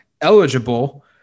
eligible